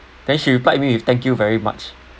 then she replied me with thank you very much